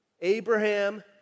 Abraham